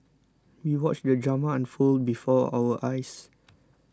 we watched the drama unfold before our eyes